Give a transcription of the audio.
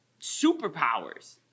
superpowers